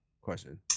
question